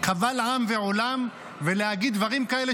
קבל עם ועולם ולהגיד דברים כאלה,